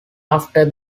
after